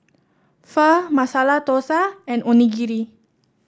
Pho Masala Dosa and Onigiri